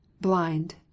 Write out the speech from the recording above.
blind